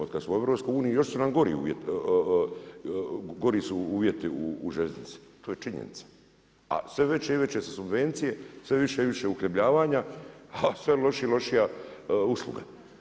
Od kad smo u EU još su nam gori su uvjeti u željeznici to je činjenica, a sve veće i veće su subvencije, sve više i više je uhljebljavanja, a sve lošija i lošija usluga.